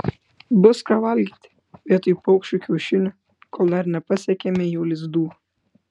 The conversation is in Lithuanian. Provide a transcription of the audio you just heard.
bus ką valgyti vietoj paukščių kiaušinių kol dar nepasiekėme jų lizdų